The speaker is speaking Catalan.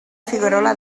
figuerola